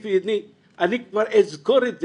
אני כבר אזכור את זה,